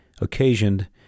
occasioned